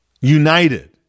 united